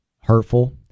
hurtful